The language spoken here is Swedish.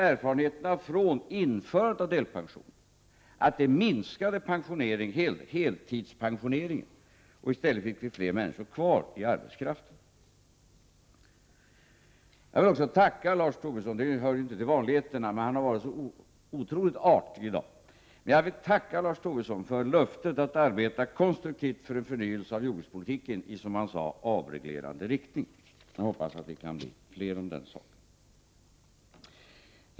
Erfarenheterna från införandet av delpensioner 45 visar faktiskt att heltidspensioneringen minskade och att vi i stället fick fler människor kvar på arbetsmarknaden. Jag vill också tacka Lars Tobisson. Det hör ju inte till vanligheterna. Men han har varit så otroligt artig i dag. Jag vill tacka honom för löftet att arbeta konstruktivt för en förnyelse av jordbrukspolitiken i, som han sade, avreglerande riktning. Jag hoppas att vi kan bli fler om den saken.